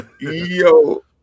Yo